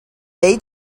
day